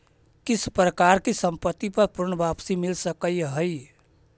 किस प्रकार की संपत्ति पर पूर्ण वापसी मिल सकअ हई